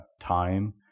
time